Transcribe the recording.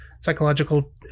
psychological